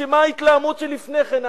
אשמה ההתלהמות שלפני כן,